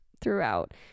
throughout